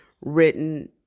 written